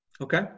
Okay